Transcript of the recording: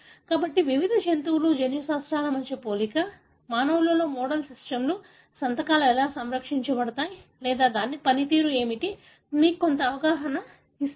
కాబట్టి వివిధ జంతువుల జన్యు శ్రేణుల మధ్య పోలిక మానవులతో మోడల్ సిస్టమ్లు సంతకాలు ఎలా సంరక్షించబడతాయి లేదా దీని పనితీరు ఏమిటో మీకు కొంత అవగాహన ఇస్తుంది